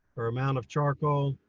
or amount of charcoal.